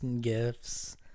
gifts